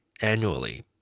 annually